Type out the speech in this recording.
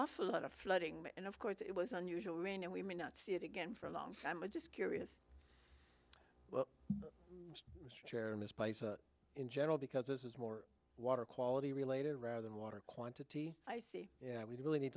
awful lot of flooding and of course it was unusual rain and we may not see it again for a long time but just curious well mr chairman in general because this is more water quality related rather than water quantity i see yeah we really need